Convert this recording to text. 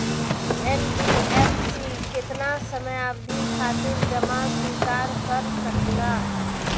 NBFC केतना समयावधि खातिर जमा स्वीकार कर सकला?